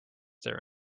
their